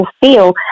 feel